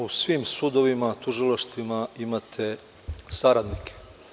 U svim sudovima, tužilaštvima imate saradnike.